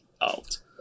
out